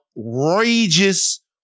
outrageous